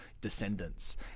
descendants